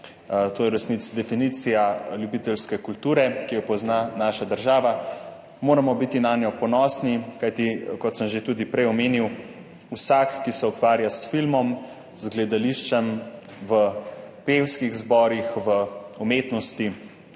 To je v resnici definicija ljubiteljske kulture, ki jo pozna naša država. Moramo biti nanjo ponosni, kajti kot sem že prej omenil, vsak, ki se ukvarja s filmom, z gledališčem, v pevskih zborih, v umetnosti